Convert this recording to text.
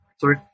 Sorry